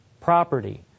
property